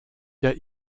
der